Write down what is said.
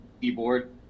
keyboard